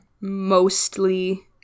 Mostly